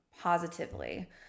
positively